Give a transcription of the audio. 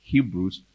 Hebrews